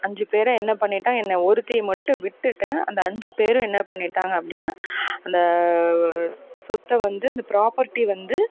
அஞ்சு பேரும் என்ன பண்ணிட்டாங்க என்னை ஒருத்தியை மட்டும் விட்டுவிட்டு அந்த அஞ்சு பேரும் என்ன பண்ணிடாங்க அப்படின்னா அந்த சொத்தை வந்து அந்த ப்ராப்பர்ட்டி வந்து